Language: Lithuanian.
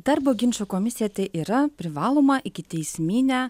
darbo ginčų komisija tai yra privaloma ikiteisminė